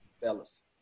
fellas